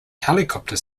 helicopter